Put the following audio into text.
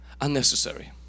unnecessary